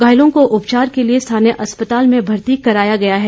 घायलों को उपचार के लिए स्थानीय अस्पताल में भर्ती करवाया गया है